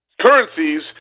currencies